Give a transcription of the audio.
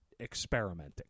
experimenting